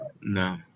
no